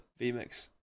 VMix